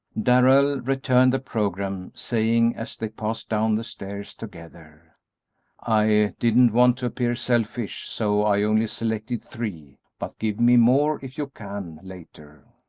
darrell returned the programme, saying, as they passed down the stairs together i didn't want to appear selfish, so i only selected three, but give me more if you can, later.